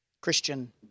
Christian